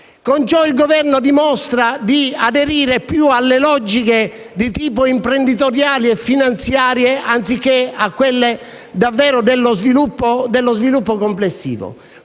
Con ciò il Governo dimostra di aderire più alle logiche di tipo imprenditoriale e finanziario che a quelle dello sviluppo complessivo.